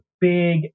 big